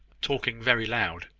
talking very loud.